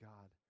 God